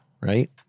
right